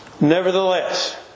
Nevertheless